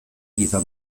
izan